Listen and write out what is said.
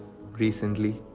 Recently